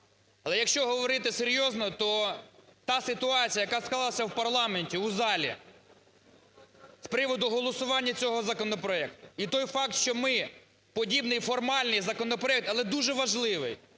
Але, якщо говорити серйозно, то та ситуація, яка склалася в парламенті у залі з приводу голосування цього законопроекту, і той факт, що ми подібний формальний законопроект, але дуже важливий,